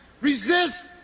resist